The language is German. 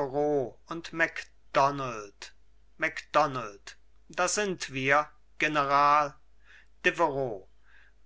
und macdonald macdonald da sind wir general deveroux